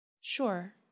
Sure